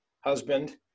husband